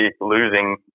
losing